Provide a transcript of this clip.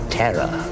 terror